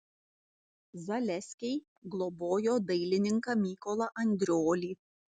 zaleskiai globojo dailininką mykolą andriolį